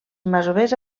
masovers